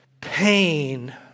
Pain